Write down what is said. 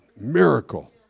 Miracle